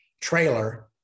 trailer